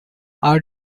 are